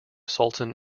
sultan